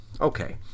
Okay